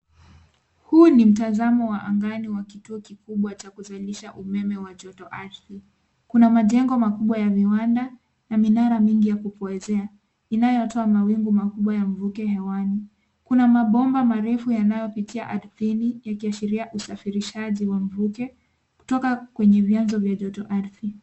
Huu ni mtazamo wa angani wa kituo kikubwa cha kuzalisha umeme wa joto ardhi. Kuna majengo makubwa ya viwanda na minara mingi ya kupoezea inayo toa mawingu makubwa ya mvuke hewani. Kuna mabomba marefu yanayo pitia ardhini ikiashiria usafirishaji wa mvuke kutoka kwenye vianzo vya joto ardhi.